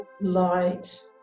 light